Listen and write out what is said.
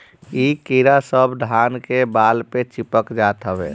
इ कीड़ा सब धान के बाल पे चिपक जात हवे